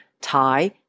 Thai